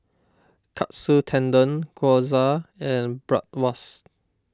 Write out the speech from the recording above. Katsu Tendon Gyoza and Bratwurst